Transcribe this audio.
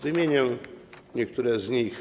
Wymienię niektóre z nich.